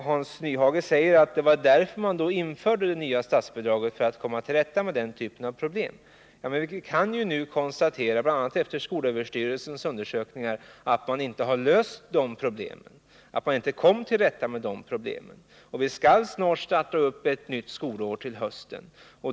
Hans Nyhage sade att man införde det nya statsbidraget för att komma till rätta med denna typ av problem. Vi kan nu konstatera, bl.a. efter skolöverstyrelsens undersökningar, att man inte har löst dessa problem och inte kommit till rätta med dem. Vi skall snart starta ett nytt skolår.